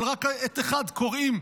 אבל רק את אחד קורעים: